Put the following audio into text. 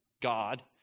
God